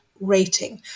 rating